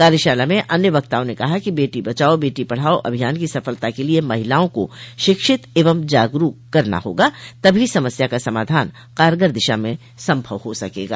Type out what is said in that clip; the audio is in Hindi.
कार्यशाला में अन्य वक्ताओं ने कहा कि बेटी बचाओ बेटी पढ़ाओ अभियान की सफलता के लिए महिलाओं को शिक्षित एवं जागरूक करना होगा तभी समस्या का समाधान कारगर दिशा में संभव हो सकेगा